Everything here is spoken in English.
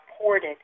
reported